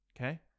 Okay